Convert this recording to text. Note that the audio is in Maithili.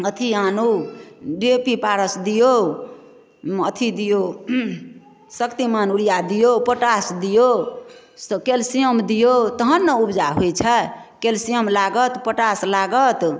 अथि आनु डी ए पी पारस दिऔ अथि दिऔ शक्तिमान युरिआ दिऔ पोटास दिऔ कैल्सियम दिऔ तहन ने ऊपजा होइत छै कैल्सियम लागत पोटास लागत